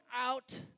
out